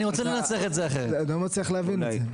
אני לא מצליח להבין את זה.